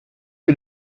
que